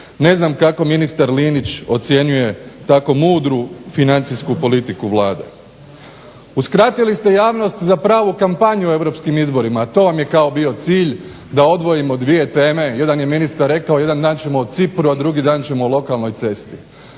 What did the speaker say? Ne znam kako ministar Linić ocjenjuje tako mudru financijsku politiku Vlade. Uskratili ste javnost za pravu kampanju u europskim izborima, to vam je kao bio cilj da odvojimo dvije teme. Jedan je ministar rekao jedan dan ćemo o Cipru, a drugi dan ćemo o lokalnoj cesti.